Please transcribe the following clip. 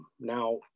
Now